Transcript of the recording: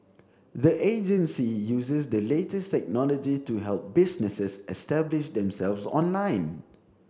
the agency uses the latest technology to help businesses establish themselves online